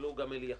תסתכלו גם אליכין,